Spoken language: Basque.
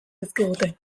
dizkigute